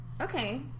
Okay